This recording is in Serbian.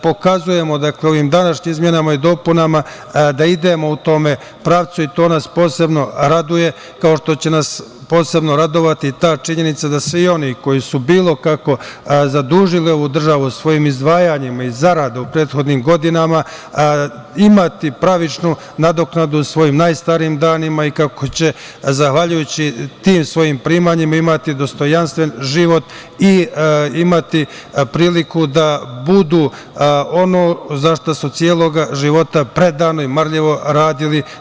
Pokazujemo ovim današnjim izmenama i dopunama da idemo u tom pravcu i to nas posebno raduje, kao što će nas posebno radovati i ta činjenica da svi oni koji su bilo kako zadužili ovu državu svojim izdvajanjima i zaradama u prethodnim godinama, imati pravičnu nadoknadu u svojim najstarijim danima i kako će zahvaljujući tim svojim primanjima imati dostojanstven život i imati priliku da budu ono zašta su celoga života predano i marljivo radili.